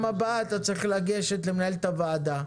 הבאה אתה צריך לגשת למנהלת הוועדה.